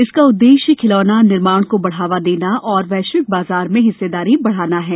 इसका उद्देश्य खिलौना निर्माण को बढ़ावा देना और वैश्विक बाजार में हिस्सेदारी बढाना है